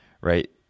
right